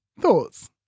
Thoughts